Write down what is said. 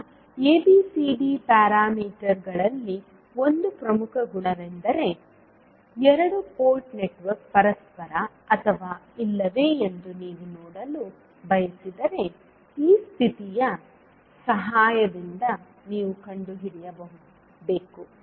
ಈಗ ABCD ಪ್ಯಾರಾಮೀಟರ್ಗಳಲ್ಲಿ ಒಂದು ಪ್ರಮುಖ ಗುಣವೆಂದರೆ ಎರಡು ಪೋರ್ಟ್ ನೆಟ್ವರ್ಕ್ ಪರಸ್ಪರ ಅಥವಾ ಇಲ್ಲವೇ ಎಂದು ನೀವು ನೋಡಲು ಬಯಸಿದರೆ ಈ ಸ್ಥಿತಿಯ ಸಹಾಯದಿಂದ ನೀವು ಕಂಡುಹಿಡಿಯಬೇಕು